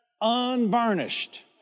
unvarnished